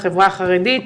החברה החרדית,